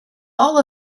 all